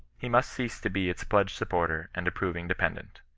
he must cease to be its pledged sup porter and approving dependent.